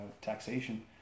taxation